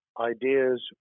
ideas